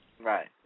Right